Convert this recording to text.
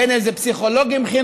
בין אם זה פסיכולוגים חינוכיים,